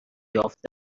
یافته